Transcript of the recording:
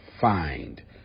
find